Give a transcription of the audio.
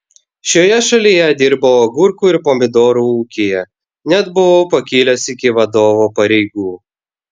šioje šalyje dirbau agurkų ir pomidorų ūkyje net buvau pakilęs iki vadovo pareigų